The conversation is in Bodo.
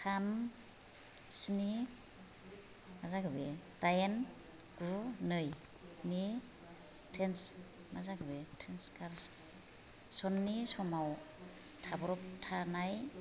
थाम स्नि दाइन गु नैनि ट्रेन्जेकसननि समाव थाबथानाय